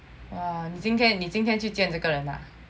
哇今天你今天去见这个人啊